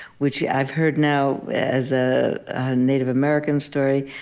which i've heard now as a native american story.